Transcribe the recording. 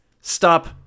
stop